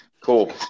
cool